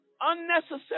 Unnecessary